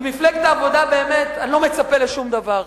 ממפלגת העבודה אני באמת לא מצפה לשום דבר.